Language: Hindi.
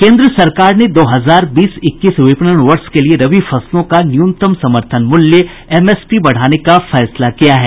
केन्द्र सरकार ने दो हजार बीस इक्कीस विपणन वर्ष के लिए रबी फसलों का न्यूनतम समर्थन मूल्य एमएसपी बढ़ाने का निर्णय लिया है